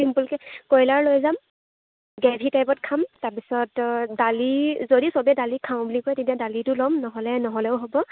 চিম্পুলকৈ কয়লাৰ লৈ যাম গ্ৰেভি টাইপত খাম তাৰপিছত দালি যদি চবেই দালি খাওঁ বুলি কয় তেতিয়া দালিটো লম নহ'লে নহ'লেও হ'ব